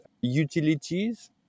utilities